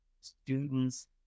students